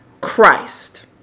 Christ